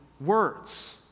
words